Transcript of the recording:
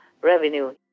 revenue